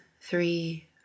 three